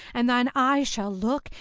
and thine eyes shall look,